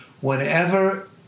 whenever